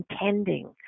intending